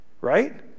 right